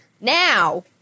Now